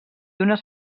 unes